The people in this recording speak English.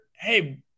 hey